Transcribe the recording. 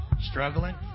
Struggling